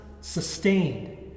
sustained